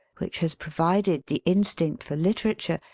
which has provided the instinct for literature,